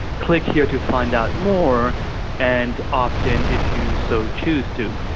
click here to find out more and opt in if you so choose to.